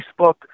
Facebook